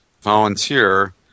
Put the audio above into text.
volunteer